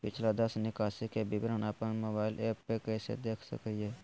पिछला दस निकासी के विवरण अपन मोबाईल पे कैसे देख सके हियई?